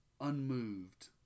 unmoved